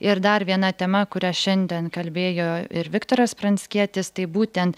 ir dar viena tema kurią šiandien kalbėjo ir viktoras pranckietis tai būtent